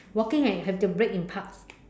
walking I have to break in parts